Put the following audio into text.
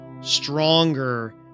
stronger